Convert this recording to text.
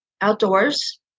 outdoors